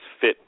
fit